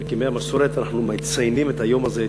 וכימי המסורת אנחנו מציינים את היום הזה,